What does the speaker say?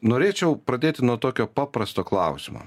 norėčiau pradėti nuo tokio paprasto klausimo